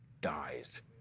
dies